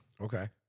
Okay